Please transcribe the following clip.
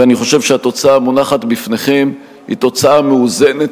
ואני חושב שהתוצאה המונחת בפניכם היא תוצאה מאוזנת,